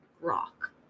rock